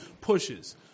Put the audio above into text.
pushes